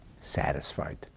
satisfied